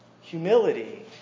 Humility